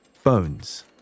Bones